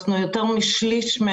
יותר משליש של